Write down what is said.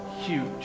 huge